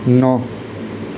ন